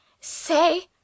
Say